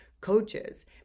coaches